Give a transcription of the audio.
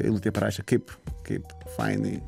eilutę parašė kaip kaip fainai